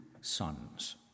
sons